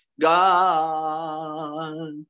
God